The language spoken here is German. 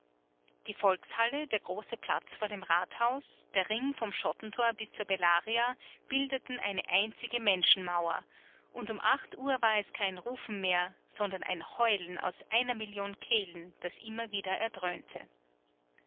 die volkshalle der große platz vor dem rathaus der ring vom schottentor bis zur bellaria bildeten eine einzige menschenmauer und um acht uhr war es kein rufen mehr sondern ein heulen aus einer million kehlen das immer wieder erdröhnte